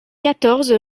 quatorze